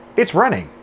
it's running,